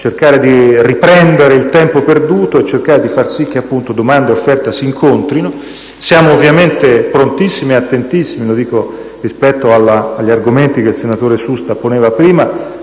cercare di riprendere il tempo perduto di far sì che domanda e offerta si incontrino. Siamo ovviamente prontissimi e attentissimi - lo dico rispetto agli argomenti che il senatore Susta poneva prima